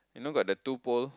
you know got that two pole